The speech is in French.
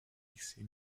lycée